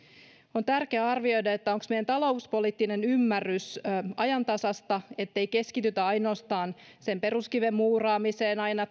on tärkeää arvioida onko meidän talouspoliittinen ymmärryksemme ajantasaista ettei keskitytä ainoastaan sen peruskiven muuraamiseen aina